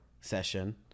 session